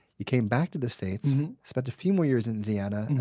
you came back to the states, spent a few more years in indiana, and